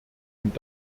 und